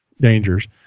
dangers